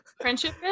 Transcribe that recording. Friendship